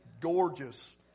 gorgeous